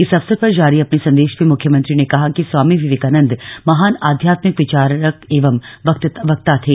इस अवसर पर जारी अपने संदेश में मुख्यमंत्री ने कहा कि स्वामी विवेकानन्द महान आध्यात्मिक विचारक एवं वक्ता थे